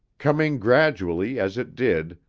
coming gradually, as it did,